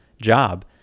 job